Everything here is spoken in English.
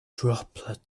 droplet